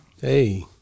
Hey